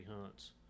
hunts